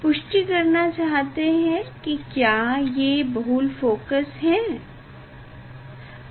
पुष्टि करना चाहते हैं कि क्या ये बहुल फोकस है